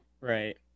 Right